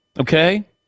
okay